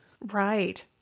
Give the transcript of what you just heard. Right